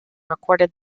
recorded